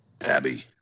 Abby